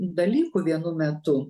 dalykų vienu metu